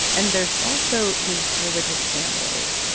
and there's also his religious family.